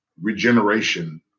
regeneration